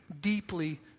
deeply